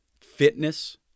fitness